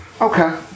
Okay